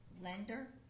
lender